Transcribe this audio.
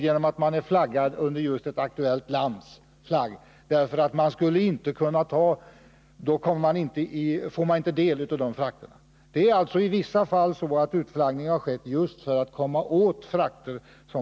Utflaggning av fartyg beror alltså till vissa delar på att man därigenom kommer åt frakter som man inte annars skulle komma åt.